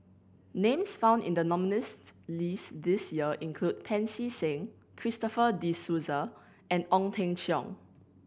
names found in the nominees' list this year include Pancy Seng Christopher De Souza and Ong Teng Cheong